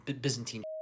Byzantine